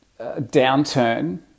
downturn